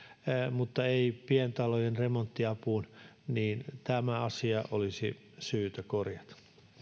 mutta ei pientalojen remonttiapuun niin tämä asia olisi syytä korjata